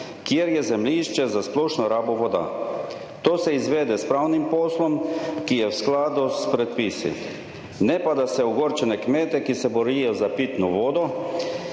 kjer je zemljišče za splošno rabo voda. To se izvede s pravnim poslom, ki je v skladu s predpisi, ne pa da se ogorčene kmete, ki se borijo za pitno vodo